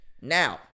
Now